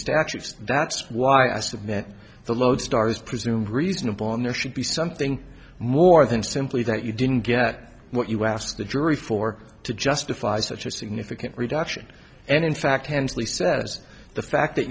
statutes that's why i submit the lodestar is presumed reasonable and there should be something more than simply that you didn't get what you asked the jury for to justify such a significant reduction and in fact he